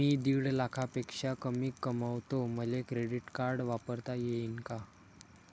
मी दीड लाखापेक्षा कमी कमवतो, मले क्रेडिट कार्ड वापरता येईन का?